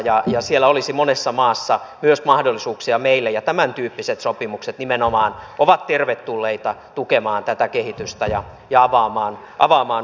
ja siellä olisi monessa maassa mahdollisuuksia myös meille ja tämäntyyppiset sopimukset nimenomaan ovat tervetulleita tukemaan tätä kehitystä ja avaamaan uusia mahdollisuuksia